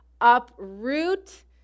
uproot